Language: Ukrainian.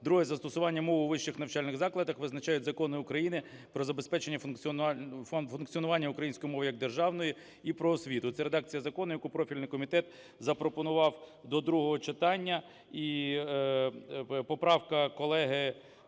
мова. 2. Застосування мов у вищих навчальних закладах визначають закони України "Про забезпечення функціонування української мови як державної" і "Про освіту"." Це редакція закону, яку профільний комітет запропонував до другого читання. І поправка колеги…